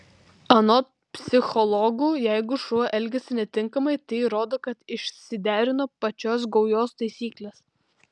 anot psichologų jeigu šuo elgiasi netinkamai tai rodo kad išsiderino pačios gaujos taisyklės